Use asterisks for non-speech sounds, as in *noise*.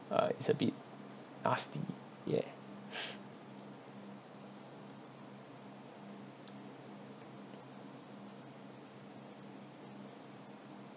uh it's a bit nasty ya *laughs*